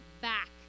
back